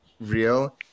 real